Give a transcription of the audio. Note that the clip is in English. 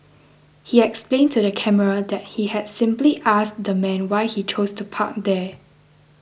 he explained to the camera that he had simply asked the man why he chose to park there